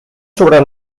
sobre